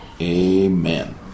amen